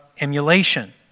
emulation